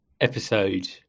episode